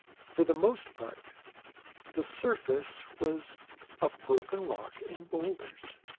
for the most part the surface was of broken rock and boulders.